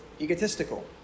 egotistical